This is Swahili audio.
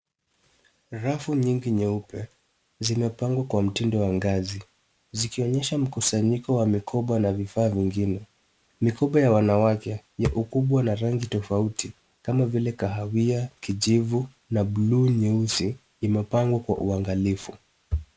Rafu nyingi nyeupe zimepangwa kwa mtindo wa ngazi zikionyesha mkusanyiko wa mikoba na vifaa vingine, mikoba ya wanawake iko kubwa ya rangi tofauti kama vile kahawia, kijivu na bluu nyeusi imepangwa kwa uangalifu.